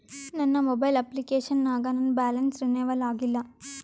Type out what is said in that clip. ನನ್ನ mobile application ನಾಗ ನನ್ ಬ್ಯಾಲೆನ್ಸ್ ರೀನೇವಲ್ ಆಗಿಲ್ಲ